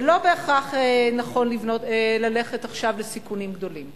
ולא בהכרח נכון ללכת עכשיו לסיכונים גדולים.